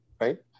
right